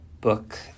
Book